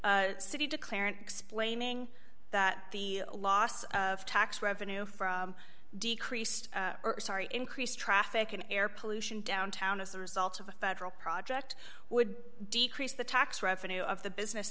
city declarant explaining that the loss of tax revenue from decreased sorry increased traffic in air pollution downtown as a result of a federal project would decrease the tax revenue of the business